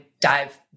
dive